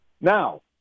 Now